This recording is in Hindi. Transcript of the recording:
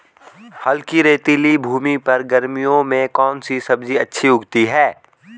हल्की रेतीली भूमि पर गर्मियों में कौन सी सब्जी अच्छी उगती है?